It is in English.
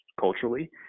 culturally